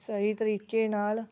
ਸਹੀ ਤਰੀਕੇ ਨਾਲ